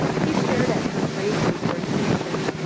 he stared at her gravely for an instant,